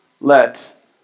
let